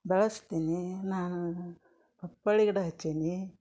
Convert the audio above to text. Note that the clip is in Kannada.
ಬೆಳೆಸ್ತೀನಿ ನಾನು ಪಪ್ಪಳ್ಳಿ ಗಿಡ ಹಚ್ಚೀನಿ